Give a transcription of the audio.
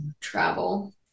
travel